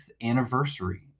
anniversary